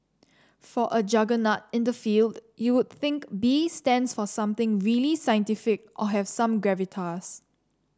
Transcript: for a juggernaut in the field you would think B stands for something really scientific or have some gravitas